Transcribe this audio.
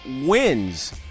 wins